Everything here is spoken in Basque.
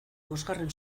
bosgarren